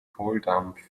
kohldampf